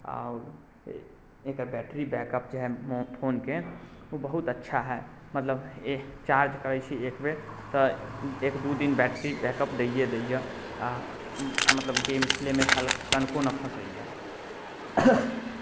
आओर एकर battery backup जे हए फोनके ओ बहुत अच्छा हए मतलब ए चार्ज करैत छी एकबेर तऽ एक दू दिन बैट्री बैकअप दैए दैये आ मतलब गेम खेलैमे हल्क कनिको नइ फँसैए